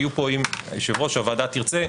יהיו פה אם היושב ראש והוועדה תרצה,